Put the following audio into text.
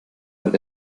halt